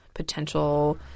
potential